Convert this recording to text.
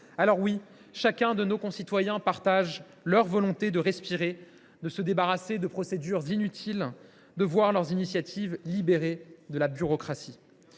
Alors oui, chacun de nos concitoyens partage leur volonté de respirer, de se débarrasser des procédures inutiles, de voir leurs initiatives libérées de la bureaucratie.